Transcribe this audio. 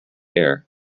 air